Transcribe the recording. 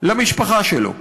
למשפחה שלו,